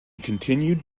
continued